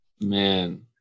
man